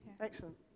excellent